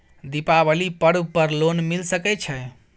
दीपावली पर्व पर लोन मिल सके छै?